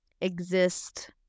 exist